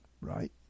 right